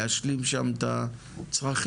להשלים שם את הצרכים?